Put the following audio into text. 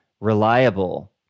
reliable